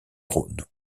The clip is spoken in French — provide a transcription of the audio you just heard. rhône